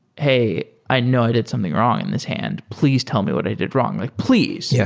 hey, i know i did something wrong in this hand. please tell me what i did wrong. like please. yeah